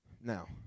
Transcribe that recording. Now